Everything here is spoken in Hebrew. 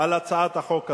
על הצעת החוק הזאת.